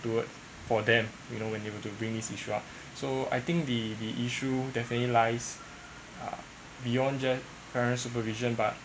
towards for them you know when you want to bring this issue up so I think the the issue definitely lies uh beyond just parents supervision but